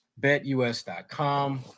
BetUS.com